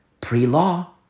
pre-law